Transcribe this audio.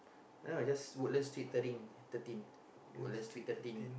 yeah just Woodlands street thirteen thirteen Woodlands street thirteen